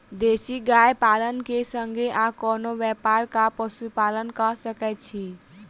देसी गाय पालन केँ संगे आ कोनों व्यापार वा पशुपालन कऽ सकैत छी?